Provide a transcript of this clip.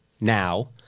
now